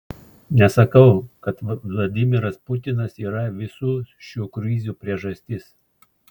nesakau kad vladimiras putinas yra visų šių krizių priežastis